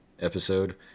episode